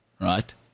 right